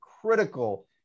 critical